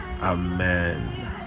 amen